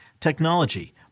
technology